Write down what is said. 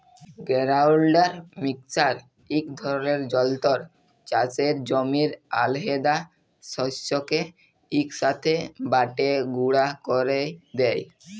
grinder mixer ইক ধরলের যল্তর চাষের জমির আলহেদা শস্যকে ইকসাথে বাঁটে গুঁড়া ক্যরে দেই